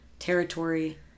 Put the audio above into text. territory